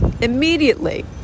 immediately